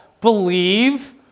believe